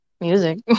music